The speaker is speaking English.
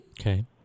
Okay